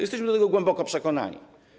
Jesteśmy o tym głęboko przekonani.